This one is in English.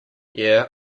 yeah